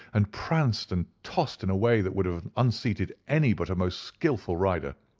and pranced and tossed in a way that would have unseated any but a most skilful rider.